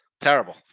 Terrible